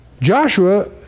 Joshua